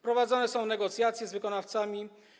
Prowadzone są negocjacje z wykonawcami.